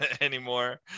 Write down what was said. anymore